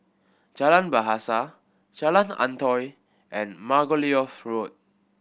Jalan Bahasa Jalan Antoi and Margoliouth Road